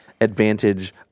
advantage